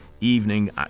evening